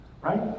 right